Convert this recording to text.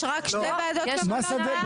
יש רק שתי ועדות ממונות בארץ.